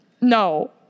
No